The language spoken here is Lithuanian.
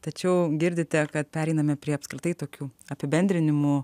tačiau girdite kad pereiname prie apskritai tokių apibendrinimų